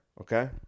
Okay